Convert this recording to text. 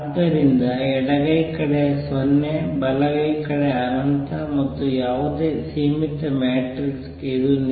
ಆದ್ದರಿಂದ ಎಡಗೈ ಕಡೆ 0 ಬಲಗೈ ಕಡೆ ಅನಂತ ಮತ್ತು ಯಾವುದೇ ಸೀಮಿತ ಮ್ಯಾಟ್ರಿಕ್ಸ್ ಗೆ ಇದು ನಿಜ